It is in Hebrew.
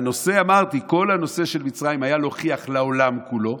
אמרתי, כל הנושא של מצרים היה להוכיח לעולם כולו.